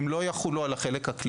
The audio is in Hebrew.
אותם פטורים לא יחולו על החלק הקליני.